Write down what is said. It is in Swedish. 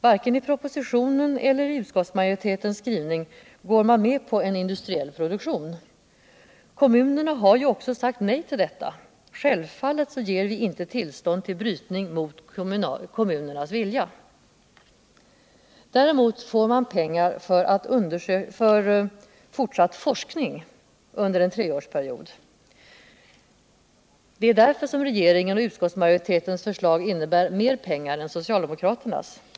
Varken i propositionen eller i utskottsmajoritetens skrivning går man med på en industriell produktion. Kommunerna har ju också sagt nej till detta. Självfallet ger vi inte tillstånd ull brytning mot kommunernas vilja. Däremot får man pengar för fortsatt forskning under en treårsperiod. Det är därför regeringens och utskottsmajoritetens förslag anslår mer pengar än socialdemokraternas.